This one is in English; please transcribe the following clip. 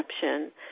perception